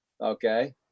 Okay